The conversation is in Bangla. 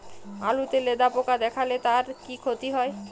আলুতে লেদা পোকা দেখালে তার কি ক্ষতি হয়?